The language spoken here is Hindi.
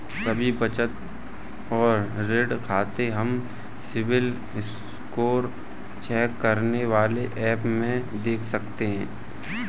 सभी बचत और ऋण खाते हम सिबिल स्कोर चेक करने वाले एप में देख सकते है